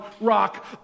rock